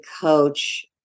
coach